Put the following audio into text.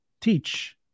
teach